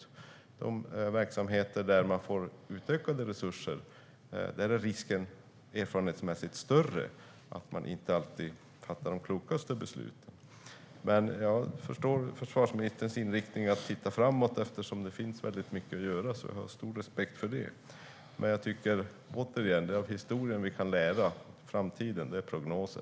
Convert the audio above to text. I de verksamheter där man får utökade resurser är risken erfarenhetsmässigt större att man inte alltid fattar de klokaste besluten. Jag förstår försvarsministerns inriktning att titta framåt eftersom det finns väldigt mycket att göra. Jag har stor respekt för detta, men jag tycker återigen att det är av historien vi kan lära. Framtiden, det är prognoser.